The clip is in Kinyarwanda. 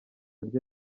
rye